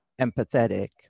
empathetic